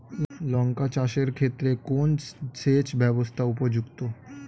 লঙ্কা চাষের ক্ষেত্রে কোন সেচব্যবস্থা উপযুক্ত?